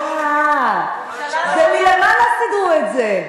אה, זה מלמעלה סידרו את זה.